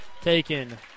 taken